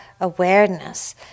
awareness